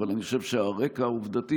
אבל אני חושב שהרקע העובדתי,